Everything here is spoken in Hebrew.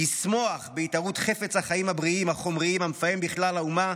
לשמוח בהתנערות חפץ החיים הבריאים החומריים המפעם בכלל באומה",